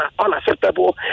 Unacceptable